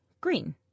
green